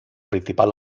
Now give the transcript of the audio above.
principal